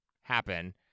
happen